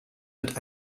mit